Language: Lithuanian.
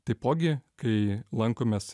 taipogi kai lankomės